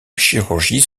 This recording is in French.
chirurgie